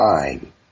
time